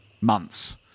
months